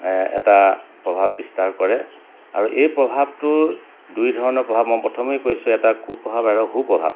এটা প্ৰভাৱ বিস্তাৰ কৰে আৰু এই প্ৰভাৱটোৰ দুই ধৰণৰ প্ৰভাৱ মই প্ৰথমেই কৈছোঁ এটা কু প্ৰভাৱ আৰু সু প্ৰভাৱ